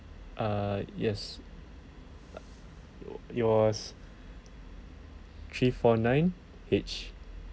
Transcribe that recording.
err yes it was three four nine H